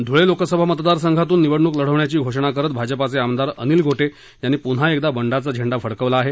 धुळे लोकसभा मतदार संघातून निवडणूक लढवण्याची घोषणा करत भाजपाचे आमदार अनिल गोटे यांनी पुन्हा एकदा बंडाचा झेंडा फडकवला आहे